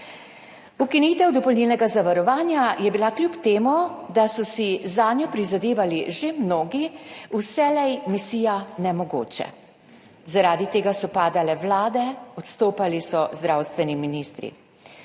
Ukinitev dopolnilnega zavarovanja je bila, kljub temu da so si zanjo prizadevali že mnogi, vselej misija nemogoče. Zaradi tega so padale vlade, odstopali so zdravstveni ministri,